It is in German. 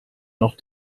noch